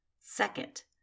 Second